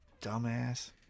dumbass